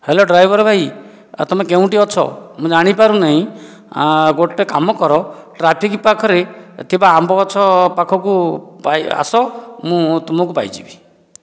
hello driver ଭାଇ ଆଉ ତୁମେ କେଉଁଠି ଅଛ ମୁଁ ଜାଣିପାରୁନାହିଁ ଗୋଟିଏ କାମ କର ଟ୍ରାଫିକ ପାଖରେ ଥିବା ଆମ୍ବ ଗଛ ପାଖକୁ ପାଇ ଆସ ମୁଁ ତୁମକୁ ପାଇଯିବି